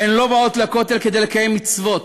הן לא באות לכותל כדי לקיים מצוות,